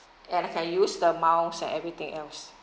and I can use the mouse and everything else